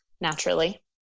naturally